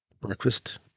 Breakfast